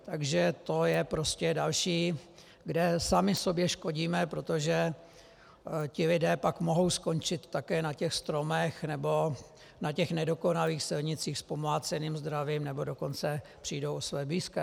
Takže to je prostě další, kde sami sobě škodíme, protože ti lidé pak mohou skončit také na těch stromech nebo na těch nedokonalých silnicích s pomláceným zdravím, nebo dokonce přijdou o své blízké.